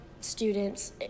students